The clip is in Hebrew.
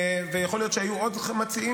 ויכול להיות שהיו עוד מציעים.